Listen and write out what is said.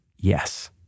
Yes